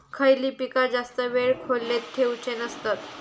खयली पीका जास्त वेळ खोल्येत ठेवूचे नसतत?